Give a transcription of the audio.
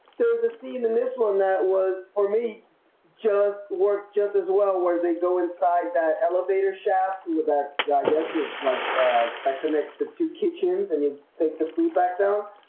there was a scene in this one that was for me just work just as well where they go inside that elevator shaft with that, i guess it's like that connects the two kitchens and you take the food back down.